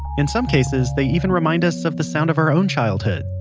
in some cases, they even remind us of the sounds of our own childhood.